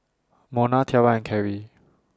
Mona Tiara and Kerry